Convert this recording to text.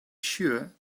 sure